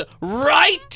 right